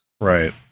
Right